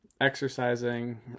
Exercising